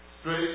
straight